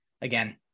again